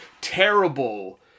terrible